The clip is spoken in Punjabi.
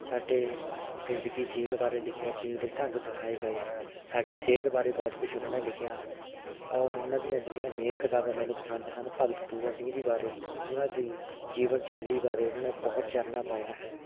ਸਾਡੇ ਜ਼ਿੰਦਗੀ ਜੀਣ ਬਾਰੇ ਲਿਖਿਆ ਜੀਣ ਦੇ ਢੰਗ ਸਿਖਾਏ ਗਏ ਸਾਡੀ ਸਿਹਤ ਬਾਰੇ ਬਹੁਤ ਕੁਛ ਉਹਨਾਂ ਨੇ ਲਿਖਿਆ ਔਰ ਉਹਨਾਂ ਦੀਆਂ ਜਿਹੜੀਆਂ ਮੇਨ ਕਿਤਾਬਾਂ ਮੈਨੂੰ ਪਸੰਦ ਹਨ ਭਗਤ ਪੂਰਨ ਸਿੰਘ ਜੀ ਬਾਰੇ ਉਹਨਾਂ ਦੀ ਜੀਵਨ ਸ਼ੈਲੀ ਬਾਰੇ ਉਨ੍ਹਾਂ ਨੇ ਬਹੁਤ ਚਾਨਣਾ ਪਾਇਆ ਹੈ